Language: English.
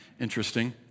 interesting